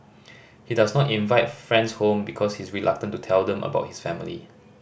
he does not invite friends home because he is reluctant to tell them about his family